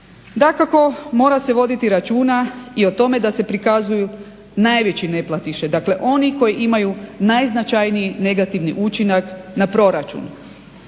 Dakako, mora se voditi računa i o tome da se prikazuju najveći neplatiše, dakle oni koji imaju najznačajniji negativni učinak na proračun.